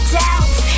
doubts